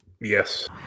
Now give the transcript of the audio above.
Yes